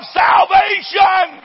salvation